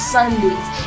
Sundays